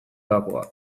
gakoa